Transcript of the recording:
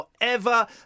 forever